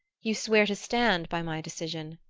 you swear to stand by my decision?